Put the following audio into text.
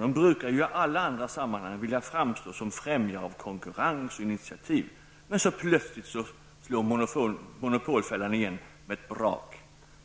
De brukar i alla andra sammanhang vilja framstå som främjare av konkurrens och initiativ, men så plötsligt slår monopolfällan igen med ett brak.